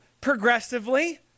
Progressively